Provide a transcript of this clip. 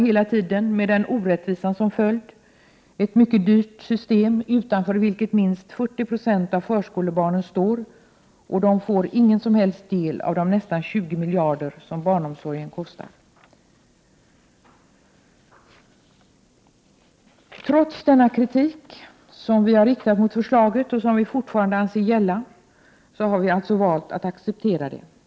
Hela tiden gäller den orättvisa ordningen att utanför detta mycket dyra system står minst 40 96 av förskolebarnen, och de får ingen som helst del av de nästan 20 miljarder som barnomsorgen kostar. Trots denna kritik som vi har riktat mot förslaget och som vi fortfarande anser gälla, har vi alltså valt att acceptera det.